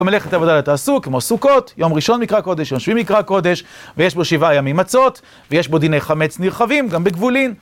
מלאכת העבודה לא תעשו, כמו סוכות, יום הראשון מקרא קודש, יום השביעי מקרא קודש ויש בו שבעה ימים מצות, ויש בו דיני חמץ נרחבים, גם בגבולין,